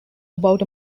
about